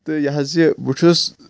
تہٕ یہِ حظ یہِ بہٕ چھُس